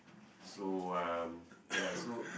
so um ya so